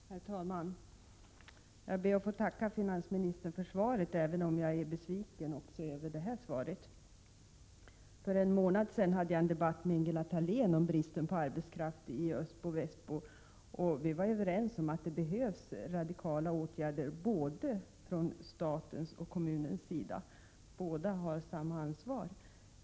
Herr talman! Jag ber att få tacka finansministern för svaret. Men jag måste säga att jag är besviken också över det här svaret. För en månad sedan hade jag en debatt med Ingela Thalén om bristen på arbetskraft i Östbo— Västbo. Vi var överens om att det behövs radikala åtgärder från såväl statens som kommunens sida — båda har samma ansvar.